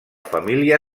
família